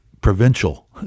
provincial